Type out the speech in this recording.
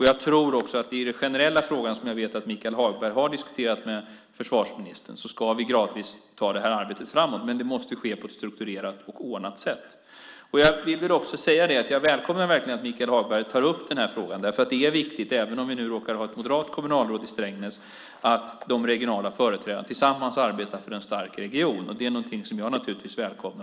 Jag tror också att vi i den generella frågan, som jag vet att Michael Hagberg har diskuterat med försvarsministern, gradvis ska ta det här arbetet framåt. Men det måste ske på ett strukturerat och ordnat sätt. Jag vill också säga att jag verkligen välkomnar att Michael Hagberg tar upp den här frågan. Det är viktigt, även om vi nu råkar ha ett moderat kommunalråd i Strängnäs, att de regionala företrädarna tillsammans arbetar för en stark region. Det är någonting som jag naturligtvis välkomnar.